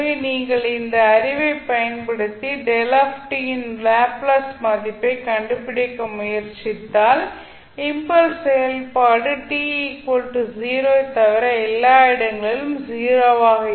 எனவே நீங்கள் இந்த அறிவைப் பயன்படுத்தி இன் லாப்ளேஸ் மதிப்பை கண்டுபிடிக்க முயற்சித்தால் இம்பல்ஸ் செயல்பாடு t 0 ஐத் தவிர எல்லா இடங்களிலும் 0 ஆக இருக்கும்